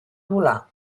volar